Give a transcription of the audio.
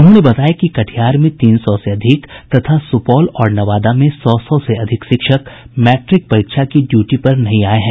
उन्होंने बताया कि कटिहार में तीन सौ से अधिक तथा सुपौल और नवादा में सौ सौ से अधिक शिक्षक मैट्रिक परीक्षा की ड्यूटी पर नहीं आये हैं